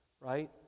right